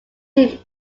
him